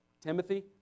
Timothy